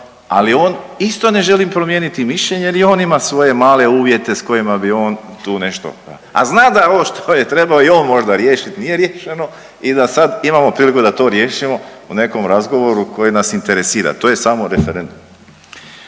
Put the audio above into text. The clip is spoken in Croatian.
Ali on isto ne želi promijeniti mišljenje jer i on ima svoje male uvjete s kojima bi on tu nešto, a zna da ovo što je trebao i on možda riješiti nije riješeno i da sad imamo priliku da to riješimo u nekom razgovoru koji nas interesira. To je samo referendum.